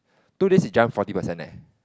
two days it jump forty percent eh